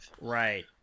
right